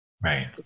Right